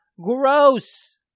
Gross